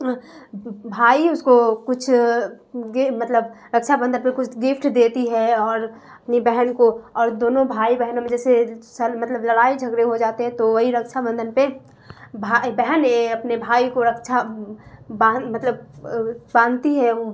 بھائی اس کو کچھ مطلب رکچھا بندھن پہ گفٹ دیتی ہے اور اپنی بہن کو اور دونوں بھائی بہن ہم جیسے سل مطلب لڑائی جھگرے ہو جاتے ہیں تو وہی رکچھا بندھن پہ بھائی بہن اپنے بھائی کو رکچھا باندھ مطلب باندھتی ہے